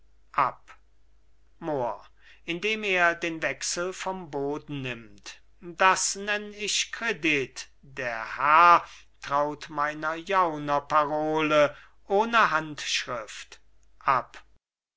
ab mohr indem er den wechsel vom boden nimmt das nenn ich kredit der herr traut meiner jaunerparole ohne handschrift ab